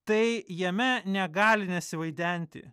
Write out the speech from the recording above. tai jame negali nesivaidenti